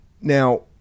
Now